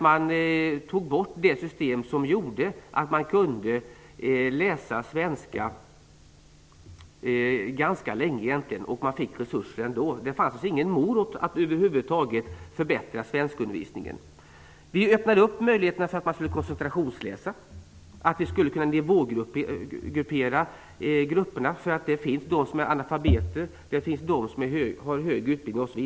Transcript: Man tog bort det system som gjorde att man kunde läsa svenska ganska länge och ändå få resurser. Det fanns alltså ingen morot för att förbättra svenskundervisningen. Vi öppnade upp möjligheten att koncentrationsläsa. Grupperna skulle kunna nivågrupperas. Det finns ju både de som är analfabeter och de som har högre utbildning.